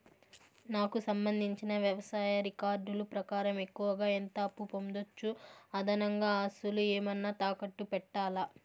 నాకు సంబంధించిన వ్యవసాయ రికార్డులు ప్రకారం ఎక్కువగా ఎంత అప్పు పొందొచ్చు, అదనంగా ఆస్తులు ఏమన్నా తాకట్టు పెట్టాలా?